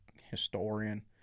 historian